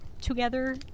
together